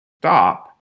stop